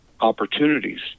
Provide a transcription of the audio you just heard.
opportunities